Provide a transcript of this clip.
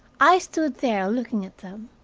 i stood there looking at them.